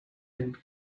and